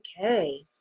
okay